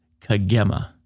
Kagema